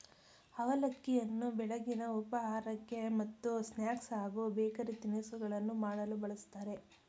ಅವಲಕ್ಕಿಯನ್ನು ಬೆಳಗಿನ ಉಪಹಾರಕ್ಕೆ ಮತ್ತು ಸ್ನಾಕ್ಸ್ ಹಾಗೂ ಬೇಕರಿ ತಿನಿಸುಗಳನ್ನು ಮಾಡಲು ಬಳ್ಸತ್ತರೆ